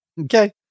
Okay